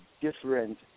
different